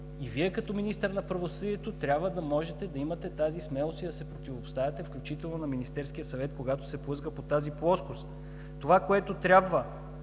И Вие като министър на правосъдието трябва да имате тази смелост и да се противопоставяте, включително и на Министерския съвет, когато се плъзга по тази плоскост. Това, което трябва